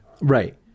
Right